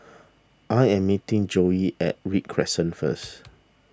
I am meeting Joey at Read Crescent first